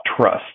trust